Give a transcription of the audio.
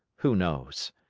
who knows?